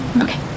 Okay